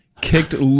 kicked